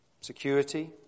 Security